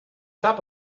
top